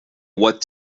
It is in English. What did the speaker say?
what